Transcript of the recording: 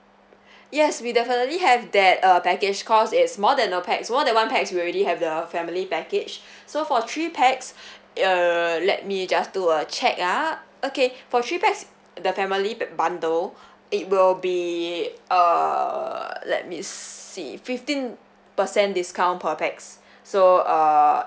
yes we definitely have that uh package because it's more than a pax more than one pax we already have the a family package so for three pax err let me just do a check ah okay for three pax the family bu~ bundle it will be err let me see fifteen percent discount per pax so err